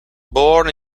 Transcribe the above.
born